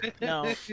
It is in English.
no